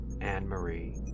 Anne-Marie